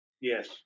Yes